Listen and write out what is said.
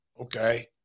okay